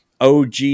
OG